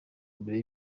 mbere